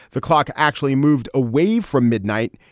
the clock actually moved away from midnight,